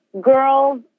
girls